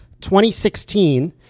2016